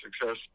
success